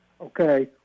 okay